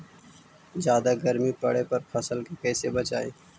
जादा गर्मी पड़े पर फसल के कैसे बचाई?